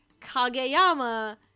Kageyama